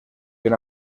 una